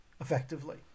Effectively